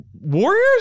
Warriors